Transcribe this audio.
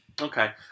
Okay